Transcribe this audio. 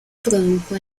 produjo